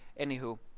anywho